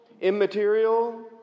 immaterial